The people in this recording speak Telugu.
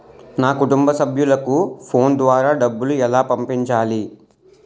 నా కుటుంబ సభ్యులకు ఫోన్ ద్వారా డబ్బులు ఎలా పంపించాలి?